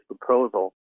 proposal